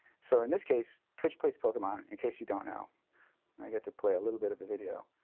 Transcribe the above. so in this case, twitchplayspokemon, in case you don't know i get to play a little bit of a video